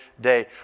day